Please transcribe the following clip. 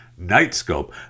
Nightscope